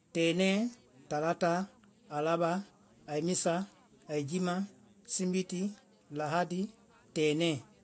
Tɛnɛɛ, tálata, alaba, aimísa. aijíma, simíti, tɛnɛɛ.